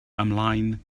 ymlaen